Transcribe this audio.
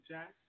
Jack